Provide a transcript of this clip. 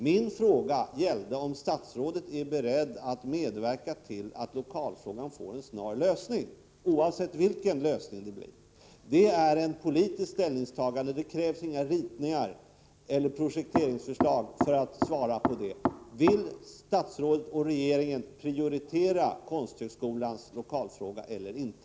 Min fråga gällde om statsrådet är beredd att medverka till att lokalfrågan får en snar lösning, oavsett vilken lösning det blir. Det är ett politiskt ställningstagande. Det krävs inga ritningar eller projekteringsförslag för att svara på det. Vill statsrådet och regeringen prioritera Konsthögskolans lokalfråga eller inte?